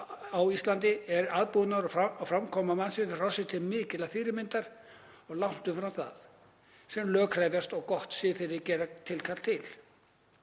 á Íslandi er aðbúnaður og framkoma mannsins við hrossið til mikillar fyrirmyndar, langt umfram það, sem lög krefjast og gott siðferði gerir tilkall til.